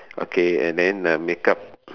okay and then makeup